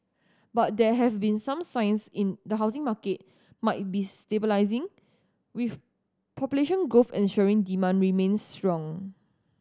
but there have been some signs in the housing market might be stabilising with population growth ensuring demand remains strong